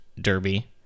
derby